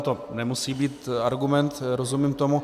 To nemusí být argument, rozumím tomu.